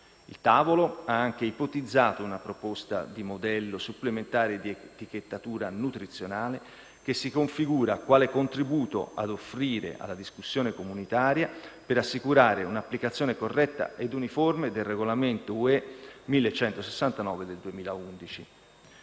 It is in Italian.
Il tavolo ha anche ipotizzato una proposta di modello supplementare di etichettatura nutrizionale che si configura quale contributo ad offrire alla discussione comunitaria per assicurare un'applicazione corretta ed uniforme del regolamento UE 1169 del 2011.